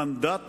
מנדט